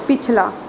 ਪਿਛਲਾ